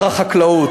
העופות.